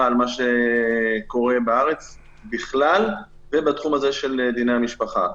על מה שקורה בארץ בכלל ובתחום הזה של דיני משפחה.